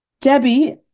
Debbie